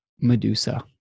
Medusa